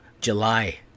July